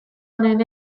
honen